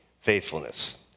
faithfulness